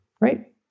right